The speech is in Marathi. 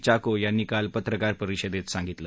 चाको यांनी काल पत्रकार परिषदेत सांगितलं